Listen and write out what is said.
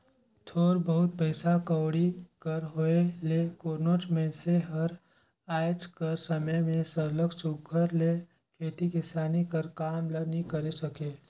थोर बहुत पइसा कउड़ी कर होए ले कोनोच मइनसे हर आएज कर समे में सरलग सुग्घर ले खेती किसानी कर काम ल नी करे सके